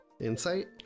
Insight